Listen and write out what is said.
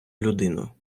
людину